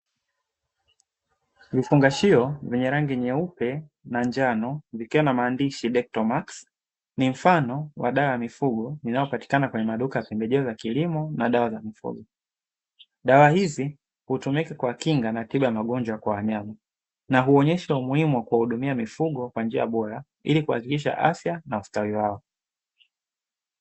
Vifungashio venye rangi nyeupe na njano vikiwa na maandishi "dectomax", ni mfano wa dawa ya mifugo inayopatikana kwenye maduka ya pembejeo za kilimo na dawa za mifugo, dawa hizi hutumika kwa kinga na tiba ya magonjwa kwa wanyama na huonyesha umuhimu wa kuwahudumia mifugo kwa njia bora ili kuhakikisha afya na ustawi wao.